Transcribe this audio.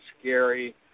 scary